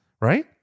right